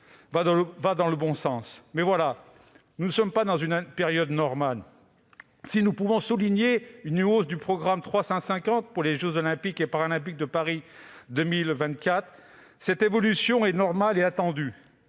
appelions de nos voeux. Mais, voilà, nous ne sommes pas dans une période normale. Si nous pouvons souligner la hausse du programme 350 consacré aux jeux Olympiques et Paralympiques de 2024, cette évolution est normale et attendue.